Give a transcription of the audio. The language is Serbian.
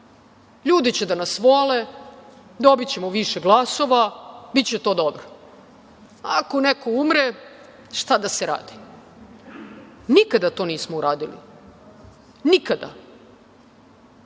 ljudi će da nas vole, dobićemo više glasova, biće to dobro, ako neko umre, šta da se radi. Nikada do nismo uradili. Nikada. Uvek,